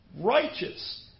righteous